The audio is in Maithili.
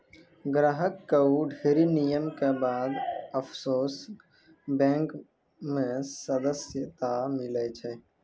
ग्राहक कअ ढ़ेरी नियम के बाद ऑफशोर बैंक मे सदस्यता मीलै छै